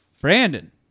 Brandon